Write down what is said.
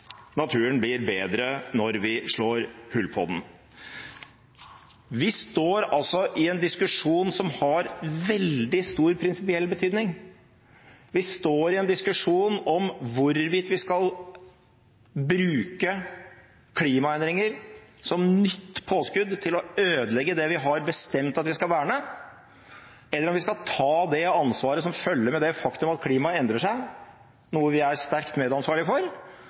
naturen blir bedre når vi slår hull på den. Vi står altså i en diskusjon som har veldig stor prinsipiell betydning. Vi står i en diskusjon om hvorvidt vi skal bruke klimaendringer som et nytt påskudd til å ødelegge det vi har bestemt at vi skal verne, eller om vi skal ta det ansvaret som følger med det faktum at klimaet endrer seg, noe vi er sterkt medansvarlig for,